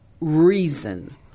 reason